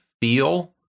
feel